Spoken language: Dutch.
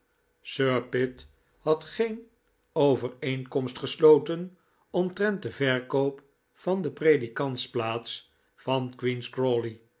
sir pitt had geen overeenkomst gesloten omtrent den verkoop van de predikantsplaats van queen's